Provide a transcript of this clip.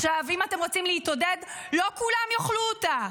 אם אתם רוצים להתעודד, לא כולם יאכלו אותה.